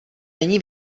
není